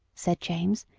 said james,